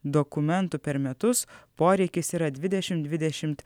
dokumentų per metus poreikis yra dvidešimt dvidešimt